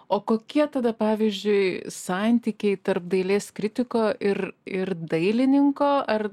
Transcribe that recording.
o kokie tada pavyzdžiui santykiai tarp dailės kritiko ir ir dailininko ar